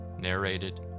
narrated